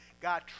God